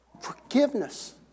forgiveness